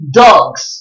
dogs